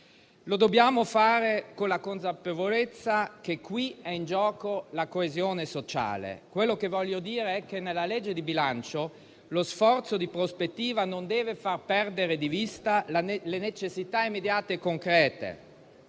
Dobbiamo agire con la consapevolezza che qui è in gioco la coesione sociale. Quello che voglio dire è che, nella legge di bilancio, lo sforzo di prospettiva non deve far perdere di vista le necessità immediate e concrete,